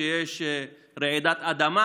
כשיש רעידת אדמה.